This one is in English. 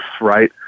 Right